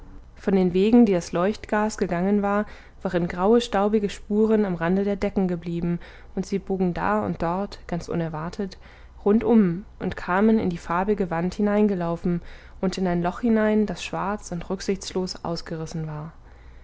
von den wegen die das leuchtgas gegangen war waren graue staubige spuren am rande der decken geblieben und sie bogen da und dort ganz unerwartet rund um und kamen in die farbige wand hineingelaufen und in ein loch hinein das schwarz und rücksichtslos ausgerissen war